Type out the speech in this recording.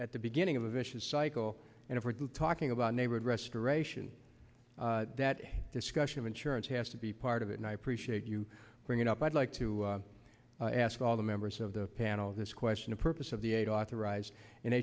at the beginning of a vicious cycle and if we're talking about neighborhood restoration that discussion of insurance has to be part of it and i appreciate you bring it up i'd like to ask all the members of the panel this question the purpose of the eight authorized in